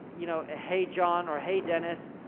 you know, ah hey, john or hey dennis,